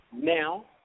now